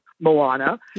Moana